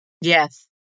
Yes